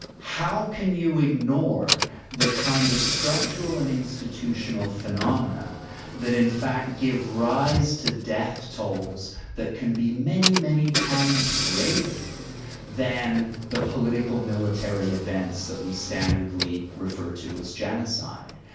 how can you ignore the kind of structural and institutional phenomena that in fact give rise to death tolls that can be many, many times greater than the political, military events that we standardly refer to as genocide?